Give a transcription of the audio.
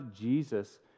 Jesus